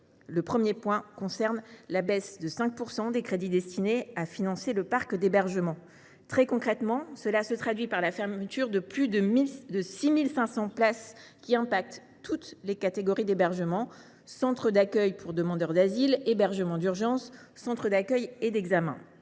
Le premier concerne la baisse de 5 % des crédits destinés à financer le parc d’hébergement. Très concrètement, cela se traduira par la fermeture de plus de 6 500 places dans toutes les catégories d’hébergement : centres d’accueil pour demandeurs d’asile, hébergement d’urgence, centres d’accueil et d’examen.